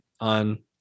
on